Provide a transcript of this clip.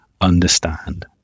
understand